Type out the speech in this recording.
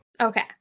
Okay